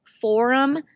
forum